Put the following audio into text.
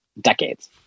decades